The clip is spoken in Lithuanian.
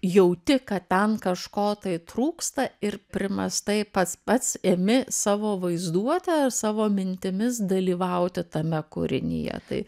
jauti kad ten kažko tai trūksta ir primestai pats pats imi savo vaizduotę ir savo mintimis dalyvauti tame kūrinyje tai